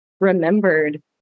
remembered